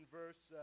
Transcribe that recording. verse